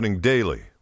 daily